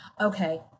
Okay